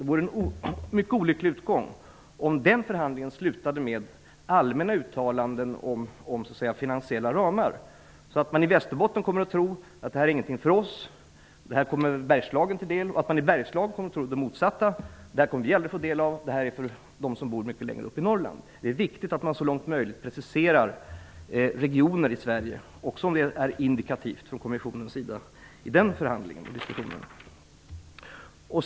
Det vore en mycket olycklig utgång om den förhandlingen slutade med allmänna uttalanden om finansiella ramar så att man i Västerbotten kommer att tro: Det är ingenting för oss -- det kommer Bergslagen till del, och att man i Bergslagen kommer att tro det motsatta: Det här kommer vi aldrig att få del av -- det är för dem som bor mycket längre upp i Norrland. Det är viktigt att man så långt möjligt preciserar regioner i Sverige, och att kommissionen indikerar det i den förhandlingen.